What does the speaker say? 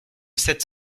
sept